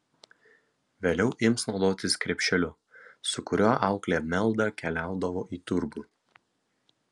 vėliau ims naudotis krepšeliu su kuriuo auklė meldą keliaudavo į turgų